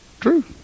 True